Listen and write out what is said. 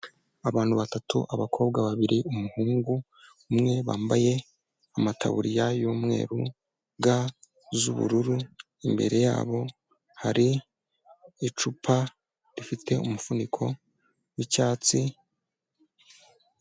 Abantu batatu, abakobwa babiri, umuhungu umwe, bambaye amataburiya y'umweru ga z'ubururu, imbere yabo hari icupa rifite umufuniko w'icyatsi.